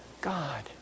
God